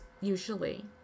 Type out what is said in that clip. usually